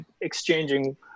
exchanging